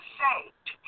saved